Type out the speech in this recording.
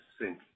sink